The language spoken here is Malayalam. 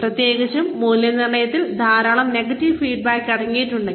പ്രത്യേകിച്ചും മൂല്യനിർണ്ണയത്തിൽ ധാരാളം നെഗറ്റീവ് ഫീഡ്ബാക്ക് അടങ്ങിയിട്ടുണ്ടെങ്കിൽ